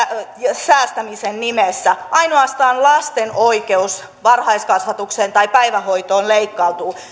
säästämisen nimessä ainoastaan lasten oikeus varhaiskasvatukseen tai päivähoitoon leikkautuu